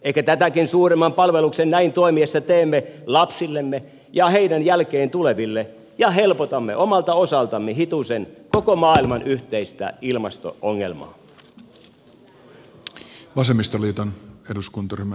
ehkä tätäkin suuremman palveluksen näin toimiessamme teemme lapsillemme ja heidän jälkeensä tuleville ja helpotamme omalta osaltamme hitusen koko maailman yhteistä ilmasto ongelmaa